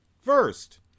first